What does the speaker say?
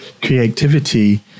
creativity